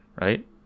right